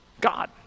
God